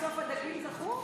בסוף הדגים זכו?